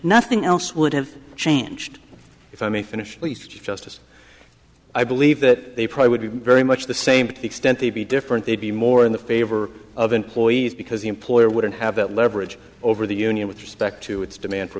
nothing else would have changed if i may finish please just as i believe that they probably would be very much the same extent to be different they'd be more in the favor of employees because the employer wouldn't have that leverage over the union with respect to its demand for